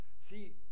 See